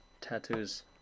tattoos